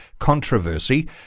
controversy